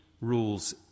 rules